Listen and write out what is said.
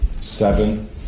seven